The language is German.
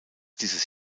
dieses